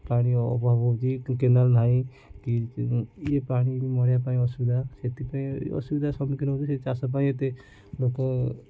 ପାଣି ଅଭାବ ହେଉଛି କେନାଲ୍ ନାହିଁ କି ଇଏ ପାଣି ବି ମଡ଼େଇବା ପାଇଁ ଅସୁବିଧା ସେଥିପାଇଁ ଅସୁବିଧାର ସମ୍ମୁଖୀନ ହଉଚି ସେ ଚାଷ ପାଇଁ ଏତେ ଲୋକ